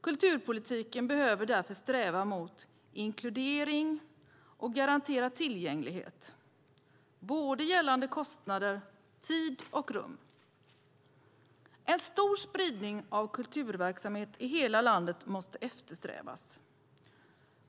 Kulturpolitiken behöver därför sträva mot inkludering och garantera tillgänglighet när det gäller både kostnader, tid och rum. En stor spridning av kulturverksamhet i hela landet måste eftersträvas.